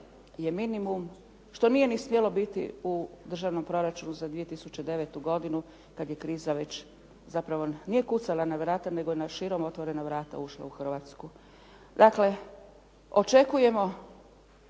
je minimum, što nije ni smjelo biti u državnom proračunu za 2009. godinu kad je kriza već zapravo, nije kucala na vrata, nego je na širom otvorena vrata ušla u Hrvatsku. Dakle, očekujemo